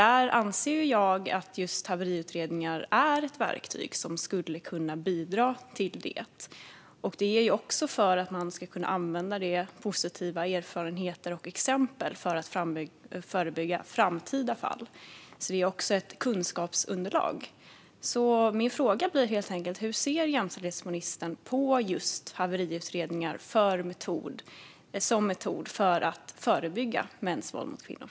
Jag anser att just haveriutredningar är ett verktyg som kan bidra till detta och också till att man kan använda positiva erfarenheter och exempel för att förebygga framtida fall. Det blir också ett kunskapsunderlag. Min fråga är helt enkelt: Hur ser jämställdhetsministern på haveriutredningar som metod för att förebygga mäns våld mot kvinnor?